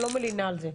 אני לא מלינה על זה.